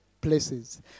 places